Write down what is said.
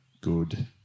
good